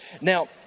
Now